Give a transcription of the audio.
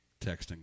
texting